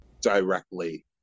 directly